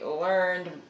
learned